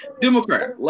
Democrat